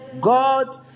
God